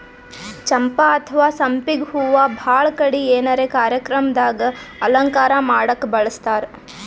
ಚಂಪಾ ಅಥವಾ ಸಂಪಿಗ್ ಹೂವಾ ಭಾಳ್ ಕಡಿ ಏನರೆ ಕಾರ್ಯಕ್ರಮ್ ದಾಗ್ ಅಲಂಕಾರ್ ಮಾಡಕ್ಕ್ ಬಳಸ್ತಾರ್